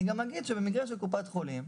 אני גם אגיד שבמקרה של קופת חולים,